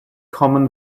common